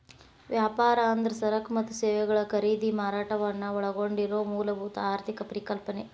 ವ್ಯಾಪಾರ ಅಂದ್ರ ಸರಕ ಮತ್ತ ಸೇವೆಗಳ ಖರೇದಿ ಮಾರಾಟವನ್ನ ಒಳಗೊಂಡಿರೊ ಮೂಲಭೂತ ಆರ್ಥಿಕ ಪರಿಕಲ್ಪನೆ